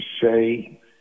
say